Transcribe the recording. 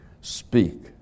speak